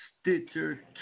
Stitcher